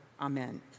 amen